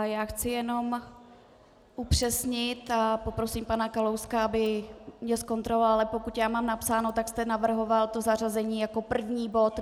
Já chci jenom upřesnit a poprosím pana Kalouska, aby mě zkontroloval, ale pokud já mám napsáno, tak jste navrhoval zařazení jako první bod 26.